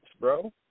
bro